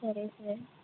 సరే సార్